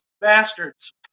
Bastards